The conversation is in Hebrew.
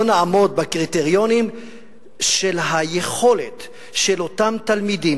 לא נעמוד בקריטריונים של היכולת של אותם תלמידים